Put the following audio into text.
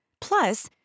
Plus